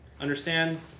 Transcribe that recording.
understand